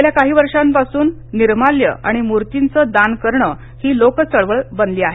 गेल्या काही वर्षांपासून निर्माल्य आणि मूर्तीचं दान करण ही लोक चळवळ बनली आहे